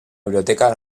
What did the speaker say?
biblioteca